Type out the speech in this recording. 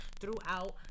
throughout